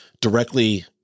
directly –